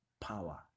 power